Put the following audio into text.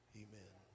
amen